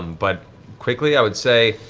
um but quickly, i would say,